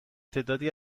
تعدادی